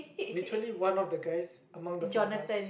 literally one of the guys among the four of us